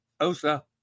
Osa